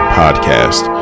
podcast